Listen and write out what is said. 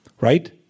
right